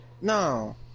No